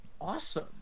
awesome